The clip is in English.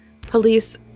police